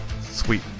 sweet